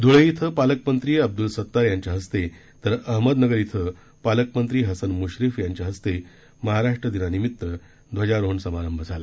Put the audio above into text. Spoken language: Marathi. धूळे इथं पालकमंत्री अब्दुल सत्तार यांच्या हस्ते तर अहमदनगर इथं पालकमंत्री हसन मुश्रीफ यांच्या हस्ते महाराष्ट्र दिनानिमित्त ध्वजारोहण झालं